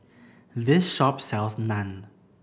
this shop sells Naan